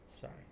Sorry